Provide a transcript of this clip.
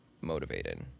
motivated